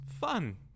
fun